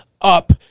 up